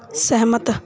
ਸਹਿਮਤ